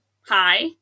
hi